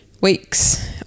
weeks